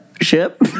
ship